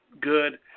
good